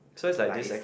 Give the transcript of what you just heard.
so is like this acc~